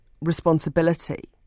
responsibility